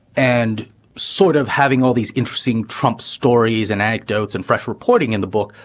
and sort of having all these interesting trump stories and act notes and fresh reporting in the book.